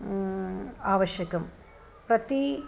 आवश्यकं प्रति